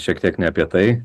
šiek tiek ne apie tai